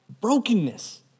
brokenness